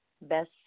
Best